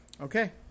Okay